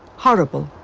horrible.